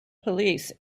police